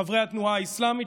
חברי התנועה האסלאמית,